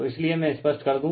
तो इसलिए में स्पष्ट कर दू